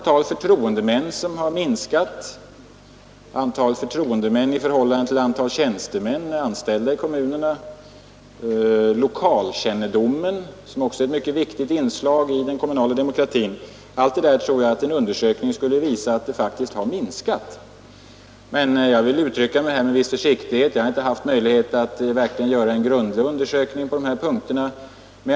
Jag tror att en undersökning skulle visa att antalet förtroendemän i förhållande till antalet tjänstemän eller anställda i kommunerna har minskat liksom även lokalkännedomen, som också är ett mycket viktigt inslag i den kommunala demokratin. Jag vill uttrycka mig med en viss försiktighet, då jag inte haft möjlighet att verkligen göra en grundlig undersökning på dessa områden.